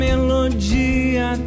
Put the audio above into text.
Melodia